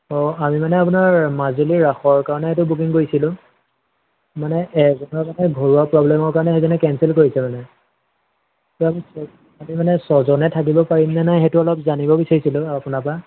অঁ আমি মানে আপোনাৰ মাজুলীৰ ৰাসৰ কাৰণে এইটো বুকিং কৰিছিলোঁ মানে এজনৰ মানে ঘৰুৱা প্ৰব্লেমৰ কাৰণে সেইজনে কেঞ্চেল কৰিছে মানে ছজনে থাকিব পাৰিমনে নাই সেইটো অলপ জানিব বিচাৰিছিলোঁ আপোনাৰপৰা